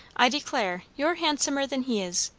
i declare, you're handsomer than he is.